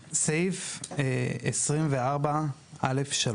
שמירה והגנה על כספי לקוחות 24. (א3)